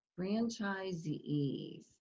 Franchisees